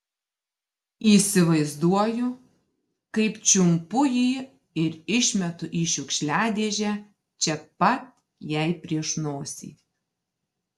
įsivaizduoju kaip čiumpu jį ir išmetu į šiukšliadėžę čia pat jai prieš nosį